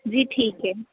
जी ठीक है